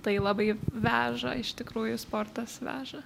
tai labai veža iš tikrųjų sportas veža